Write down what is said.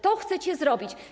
To chcecie zrobić.